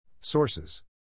Sources